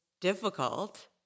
difficult